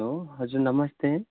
hello हजुर नमस्ते